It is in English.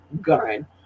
gun